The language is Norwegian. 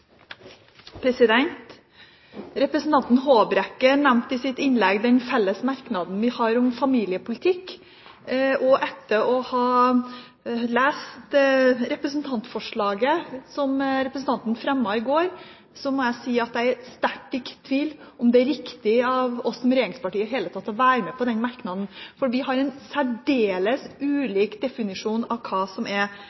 replikkordskifte. Representanten Håbrekke nevnte i sitt innlegg den felles merknaden vi har om familiepolitikk. Etter å ha lest representantforslaget som representanten fremmet i går, må jeg si at jeg er sterkt i tvil om det er riktig av oss som regjeringsparti i det hele tatt å være med på den merknaden, for vi har en særdeles